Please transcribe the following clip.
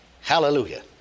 Hallelujah